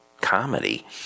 comedy